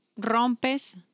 rompes